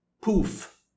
poof